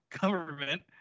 government